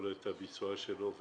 ויכולת הביצוע שלו והמעקב.